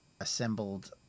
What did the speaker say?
assembled